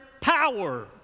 power